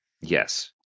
Yes